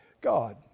God